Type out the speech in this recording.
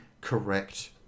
correct